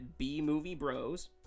bmoviebros